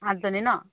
আঠজনী ন